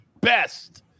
best